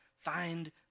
find